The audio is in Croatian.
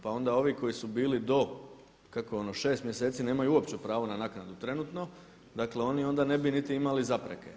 Pa onda ovi koji su bili do kako je ono 6 mjeseci nemaju uopće pravo na naknadu trenutno, dakle oni onda ne bi imali niti zapreke.